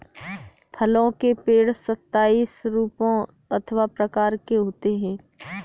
फलों के पेड़ सताइस रूपों अथवा प्रकार के होते हैं